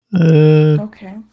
okay